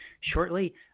shortly